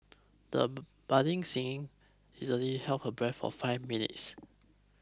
the budding singer easily held her breath for five minutes